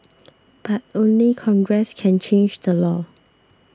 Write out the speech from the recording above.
but only congress can change the law